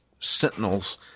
Sentinels